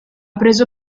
preso